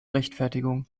rechtfertigung